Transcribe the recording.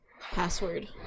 password